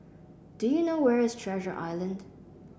do you know where is Treasure Island